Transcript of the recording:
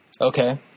Okay